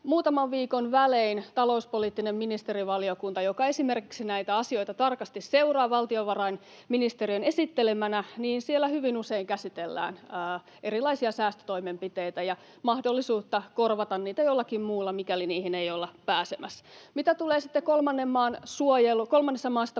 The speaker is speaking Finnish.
muutaman viikon välein talouspoliittisessa ministerivaliokunnassa, joka esimerkiksi näitä asioita tarkasti seuraa valtiovarainministeriön esittelemänä, käsitellään erilaisia säästötoimenpiteitä ja mahdollisuutta korvata niitä jollakin muulla, mikäli niihin ei olla pääsemässä. Mitä tulee sitten kolmannessa maassa tapahtuvaan